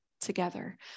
together